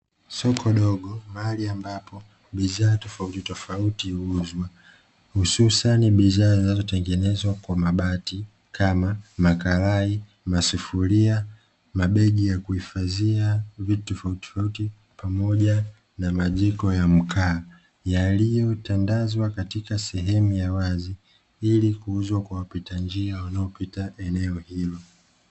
Soko dogo mahali ambapo bidhaa tofautitofauti huuzwa hususani bidhaa zinazotengenezwa kwa mabati kama: makarai, masufuria, mabegi ya kuhifadhia vitu tofautitofauti pamoja na majiko ya mkaa yaliyotandazwa katika sehemu ya wazi, ili kuuzwa kwa wapita njia wanaopita eneo hilo.